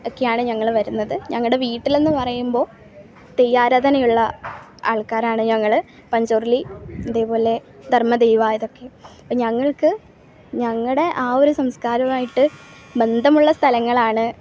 ഒക്കെയാണ് ഞങ്ങൾ വരുന്നത് ഞങ്ങടെ വീട്ടിലെന്ന് പറയുമ്പോൾ തെയ്യാരാധനയുള്ള ആൾക്കാരാണ് ഞങ്ങൾ പഞ്ചുരുളി ഇതുപോലെ ധർമ്മദൈവാ ഇതൊക്കെ അപ്പോൾ ഞങ്ങൾക്ക് ഞങ്ങളുടെ ആ ഒരു സംസ്കാരമായിട്ട് ബന്ധമുള്ള സ്ഥലങ്ങളാണ്